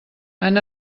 han